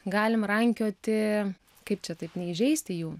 galim rankioti kaip čia taip neįžeisti jų